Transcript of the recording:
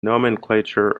nomenclature